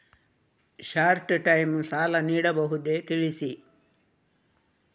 Short time ಸಾಲ ನೀಡಬಹುದೇ ತಿಳಿಸಿ?